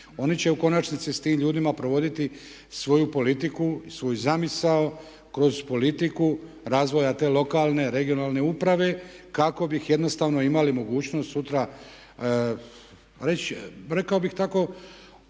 Oni će u konačnici s tim ljudima provoditi svoju politiku i svoju zamisao kroz politiku razvoja te lokalne, regionalne uprave kako bi jednostavno imali mogućnost sutra reći, rekao bih tako,